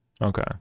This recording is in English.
Okay